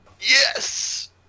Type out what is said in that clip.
Yes